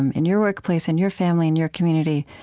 um in your workplace, in your family, in your community,